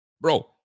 Bro